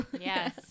yes